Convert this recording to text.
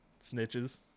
Snitches